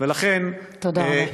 תודה רבה.